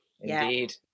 Indeed